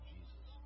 Jesus